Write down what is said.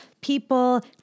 people